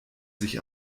sich